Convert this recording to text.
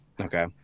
okay